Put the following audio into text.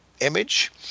image